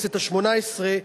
בכנסת השמונה-עשרה,